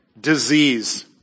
disease